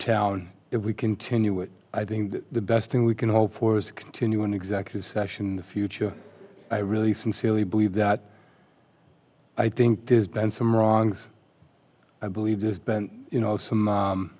town if we continue it i think the best thing we can hope for is to continue in executive session the future i really sincerely believe that i think there's been some wrongs i believe there's been you know